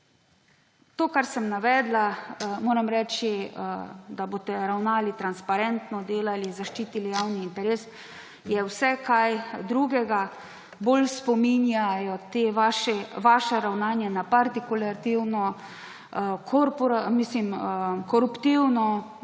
To, kar sem navedla, da boste ravnali transparentno, delali, zaščitili javni interes, moram reči, je vse kaj drugega. Bolj spominjajo vaša ravnanja na partikulativno, koruptivno,